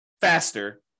faster